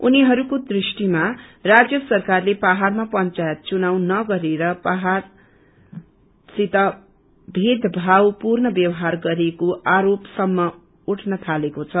उनीहरूको दृष्टिमा राज्य सरकारले पहाड़मा पंचायत चुनाव नगरेर पहाडसित भेदभाव पूर्ण ब्यवहार गरेको आरोपसम्म उठ्न थालेको छ